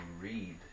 read